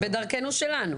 בדרכנו שלנו.